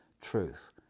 truth